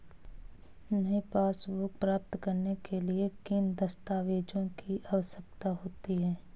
नई पासबुक प्राप्त करने के लिए किन दस्तावेज़ों की आवश्यकता होती है?